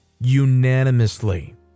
Unanimously